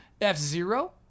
F-Zero